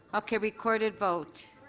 okay. recorded vote.